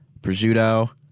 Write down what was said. prosciutto